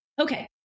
Okay